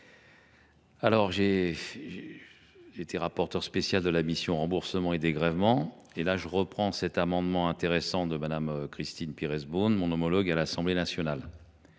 suis aussi le rapporteur spécial de la mission « Remboursements et dégrèvements » que je reprends cet amendement intéressant de Mme Christine Pirès Beaune, mon homologue à l’Assemblée nationale.